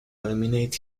eliminate